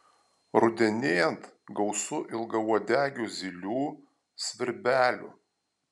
rudenėjant gausu ilgauodegių zylių svirbelių